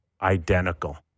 identical